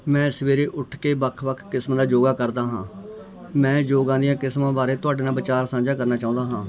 ਮੈਂ ਸਵੇਰੇ ਉੱਠ ਕੇ ਵੱਖ ਵੱਖ ਕਿਸਮ ਦਾ ਯੋਗਾ ਕਰਦਾ ਹਾਂ ਮੈਂ ਯੋਗਾ ਦੀਆਂ ਕਿਸਮਾਂ ਬਾਰੇ ਤੁਹਾਡੇ ਨਾਲ ਵਿਚਾਰ ਸਾਂਝਾ ਕਰਨਾ ਚਾਹੁੰਦਾ ਹਾਂ